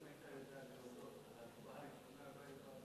אם היית יודע להודות על ההצבעה הראשונה,